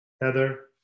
Heather